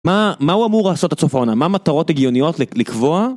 מה הוא אמור לעשות את הצופה הונה? מה המטרות הגיוניות לקבוע?